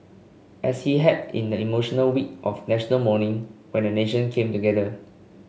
as he had in the emotional week of National Mourning when a nation came together